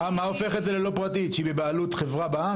לשמוע מהכבאות שקיבלתם את האישורים ואישרתם את קיום ההילולה,